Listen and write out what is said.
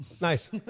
Nice